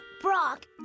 Brock